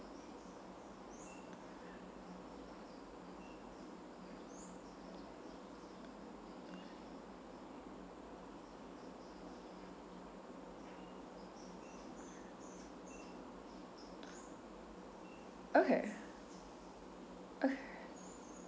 okay okay